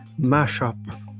mashup